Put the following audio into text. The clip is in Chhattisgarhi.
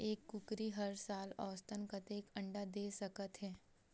एक कुकरी हर साल औसतन कतेक अंडा दे सकत हे?